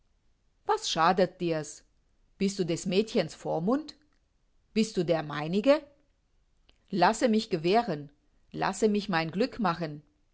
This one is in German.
was schadet dir's bist du des mädchens vormund bist du der meinige lasse mich gewähren lasse mich mein glück machen